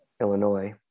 Illinois